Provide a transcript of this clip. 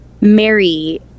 Mary